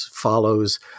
follows